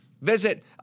visit